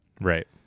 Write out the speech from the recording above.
Right